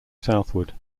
southward